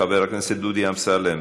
חבר הכנסת דודי אמסלם,